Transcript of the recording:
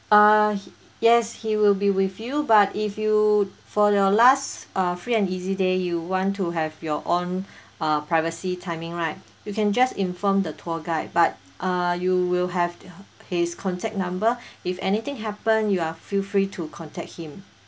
uh yes he will be with you but if you for your last uh free and easy day you want to have your own uh privacy timing right you can just inform the tour guide but err you will have h~ his contact number if anything happen you are feel free to contact him